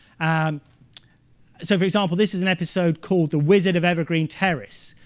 um so, for example, this is an episode called the wizard of evergreen terrace,